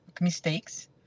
mistakes